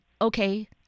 okay